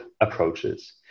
approaches